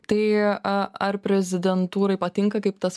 tai a ar prezidentūrai patinka kaip tas